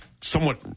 somewhat